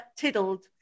tiddled